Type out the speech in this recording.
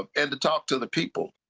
um and to talk to the people.